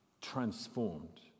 transformed